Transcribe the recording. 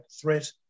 threat